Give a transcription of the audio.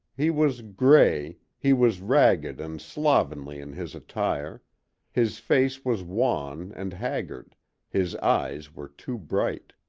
he was gray he was ragged and slovenly in his attire his face was wan and haggard his eyes were too bright.